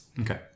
Okay